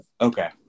okay